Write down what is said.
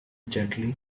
gently